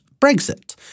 Brexit